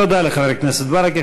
תודה לחבר הכנסת ברכה.